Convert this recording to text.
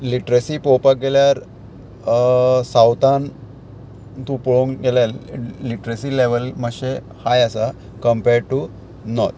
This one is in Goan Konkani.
लिट्रसी पळोवपाक गेल्यार सावथान तूं पळोवंक गेल्यार लिट्रसी लेवल मातशें हाय आसा कंपेर्ड टू नोर्त